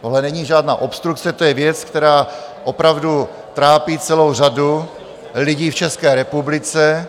Tohle není žádná obstrukce, to je věc, která opravdu trápí celou řadu lidí v České republice.